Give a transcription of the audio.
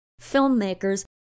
filmmakers